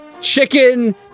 chicken